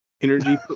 Energy